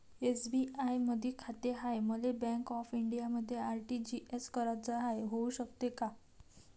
SBI मधी खाते हाय, मले बँक ऑफ इंडियामध्ये आर.टी.जी.एस कराच हाय, होऊ शकते का?